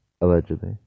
allegedly